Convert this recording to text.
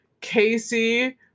Casey